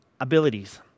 abilities